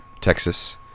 Texas